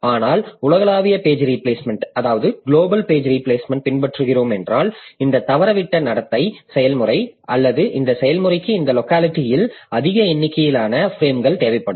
ஆனால் உலகளாவிய page replacement பின்பற்றுகிறோம் என்றால் இந்த தவறவிட்ட நடத்தை செயல்முறை அல்லது இந்த செயல்முறைக்கு இந்த லோக்காலிட்டிஇல் அதிக எண்ணிக்கையிலான பிரேம்கள் தேவைப்படும்